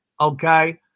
okay